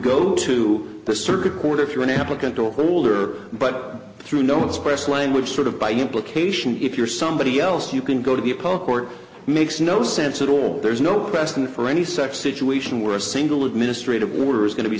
go to the circuit court if you are an applicant or holder but through no expressed language sort of by implication if you're somebody else you can go to the park or it makes no sense at all there's no precedent for any such situation where a single administrative were is going to be